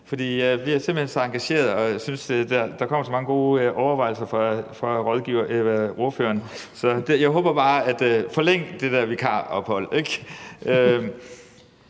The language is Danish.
Jeg bliver simpelt hen så engageret og synes, at der kommer så mange gode overvejelser fra ordførerens side. Så forlæng det der vikarophold,